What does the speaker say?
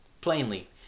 Plainly